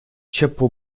ciepło